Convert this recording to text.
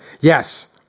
yes